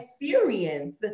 experience